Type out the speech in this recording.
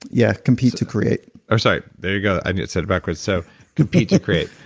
yeah, compete to create oh sorry. there you go. i said it backwards. so compete to create.